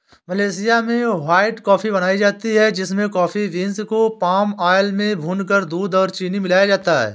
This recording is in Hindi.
मलेशिया में व्हाइट कॉफी बनाई जाती है जिसमें कॉफी बींस को पाम आयल में भूनकर दूध और चीनी मिलाया जाता है